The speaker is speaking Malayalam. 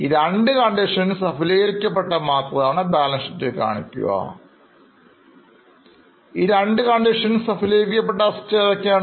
ഈ രണ്ട് Conditions സഫലീകരിക്ക പെട്ട Assets ഏതൊക്കെയാണ്